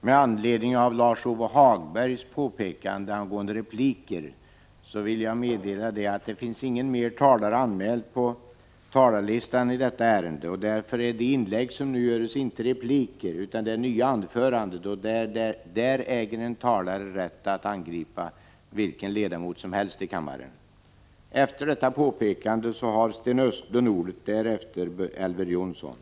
Med anledning av Lars-Ove Hagbergs påpekande angående repliker vill jag meddela att ingen ytterligare talare är anmäld på talarlistan avseende detta ärende. De inlägg som nu görs är därför inte repliker utan nya